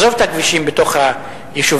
עזוב את הכבישים בתוך היישובים,